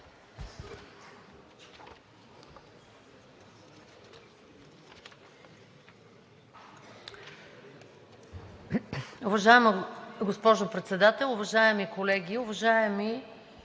Уважаема госпожо Председател, уважаеми колеги, уважаеми